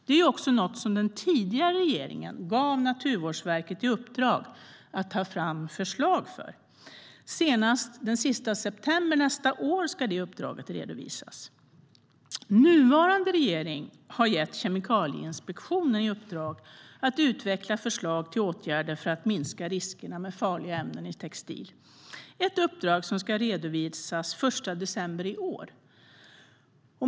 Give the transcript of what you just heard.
Det är ju också något som den tidigare regeringen gav Naturvårdsverket i uppdrag att ta fram förslag för, och senast den 30 september nästa år ska det uppdraget redovisas. Nuvarande regering har gett Kemikalieinspektionen i uppdrag att utveckla förslag till åtgärder för att minska riskerna med farliga ämnena i textil. Det är ett uppdrag som ska redovisas den 1 december i år.